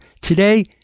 today